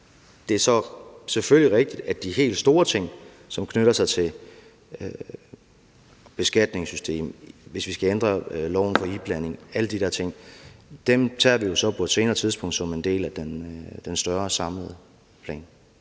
Det er selvfølgelig rigtigt, at de helt store ting, som knytter sig til beskatningsdelen, hvis vi skal ændre loven vedrørende iblandingskravet – alle de der ting – tager vi på et senere tidspunkt som en del af den større, samlede plan.